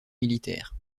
militaire